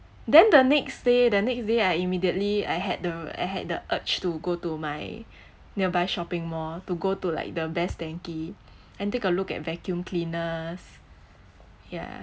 then the next day the next day I immediately I had the I had the urge to go to my nearby shopping mall to go to like the best denki and take a look at vacuum cleaners ya